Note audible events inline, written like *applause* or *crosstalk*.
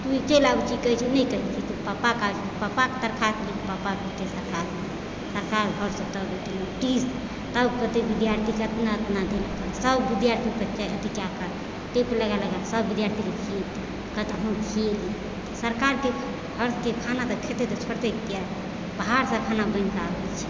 चलि आबै छै कहै छै नहि कहै छै पापाके कह पप्पा दरखास्त लिखऽ पप्पा देतै सरकारके सरकार घरसँ तब देतै नोटिस तब कहतै विद्यार्थीके कि इतना इतना सभ विद्यार्थीके कि क्या खाया सभ विद्यार्थीके टिक लगा लगा कहत हम *unintelligible* सरकारके घरसँ खाना देतै तऽ छोड़तै किएक बाहरसँ खाना बनिके आबै छै